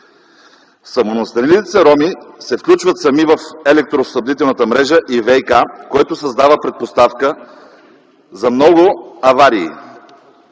Самонастанилите се роми се включват сами в електроснабдителната мрежа и ВиК, което създава предпоставка за много аварии.